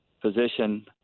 position